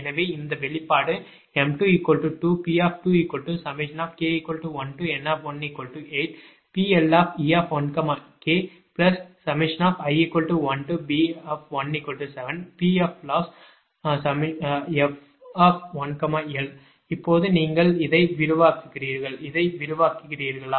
எனவே இந்த வெளிப்பாடு m22 Pk1N18PLe1kl1B17PLossf1l இப்போது நீங்கள் இதை விரிவாக்குகிறீர்கள் இதை விரிவாக்குகிறீர்களா